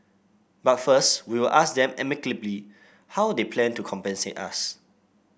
but first we will ask them amicably how they plan to compensate us